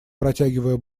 протягивая